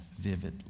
vividly